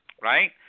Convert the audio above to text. Right